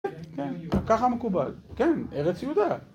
כן, ככה מקובל. כן, ארץ יהודה.